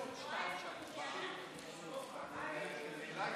יש לנו את תוצאות ההצבעה: 47 נגד,